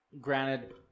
granted